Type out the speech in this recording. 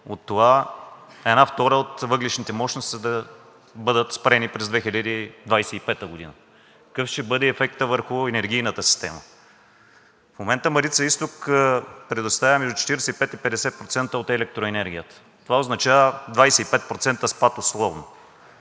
от това една втора от въглищните мощности да бъдат спрени през 2025 г.? Какъв ще бъде ефектът върху енергийната система? В момента Марица изток предоставя между 45 и 50% от електроенергията. Това означава 25% спад условно.